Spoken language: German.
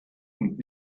und